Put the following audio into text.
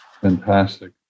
fantastic